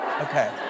Okay